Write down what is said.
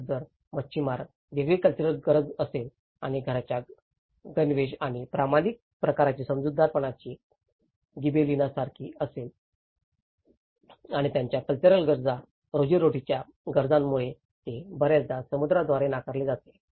तर जर मच्छीमारची वेगळी कल्चरल गरज असेल आणि घराच्या गणवेश आणि प्रमाणित प्रकारांची समजूतदारपणाची गिबेलिना सारखीच असेल आणि त्यांच्या कल्चरल गरजा रोजीरोटीच्या गरजांमुळे ते बर्याचदा समुदायांद्वारे नाकारले जाते